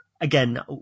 again